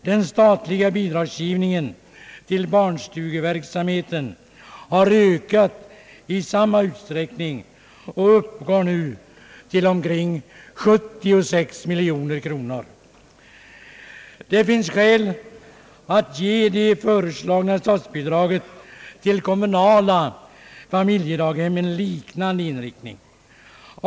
Den statliga bidragsgivningen till barnstugeverksamheten har ökat i samma utsträckning och uppgår nu till omkring 76 miljoner kronor. Det finns skäl att ge det föreslagna statsbidraget till kommunala familjedaghem en liknande inriktning.